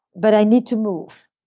but i need to move.